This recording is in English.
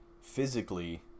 physically